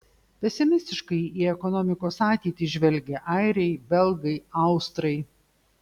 pesimistiškai į ekonomikos ateitį žvelgia airiai belgai austrai